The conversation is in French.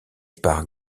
par